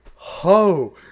Ho